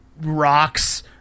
rocks